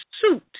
suit